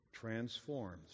transforms